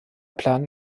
plant